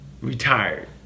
retired